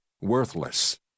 worthless